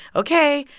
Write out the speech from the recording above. ok,